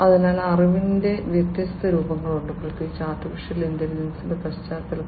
അതിനാൽ അറിവിന്റെ വ്യത്യസ്ത രൂപങ്ങളുണ്ട് പ്രത്യേകിച്ച് AI യുടെ പശ്ചാത്തലത്തിൽ